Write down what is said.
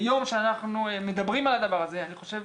ביום שאנחנו מדברים על הדבר הזה אני חושב